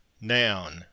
Noun